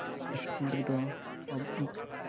school ᱨᱮᱫᱚ